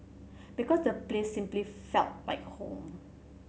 because the place simply felt like home